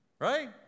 Right